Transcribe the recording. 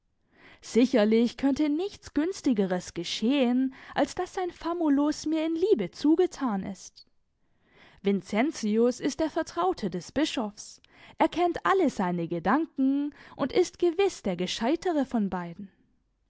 sicherlich könnte nichts günstigeres geschehen als daß sein famulus mir in liebe zugetan ist vincentius ist der vertraute des bischofs er kennt alle seine gedanken und ist gewiß der gescheitere von beiden